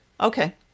Okay